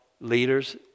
leaders